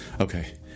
okay